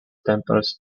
temples